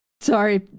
Sorry